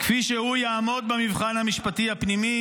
כפי שהוא יעמוד במבחן המשפטי הפנימי.